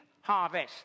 harvest